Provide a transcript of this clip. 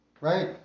right